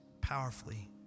powerfully